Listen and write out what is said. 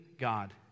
God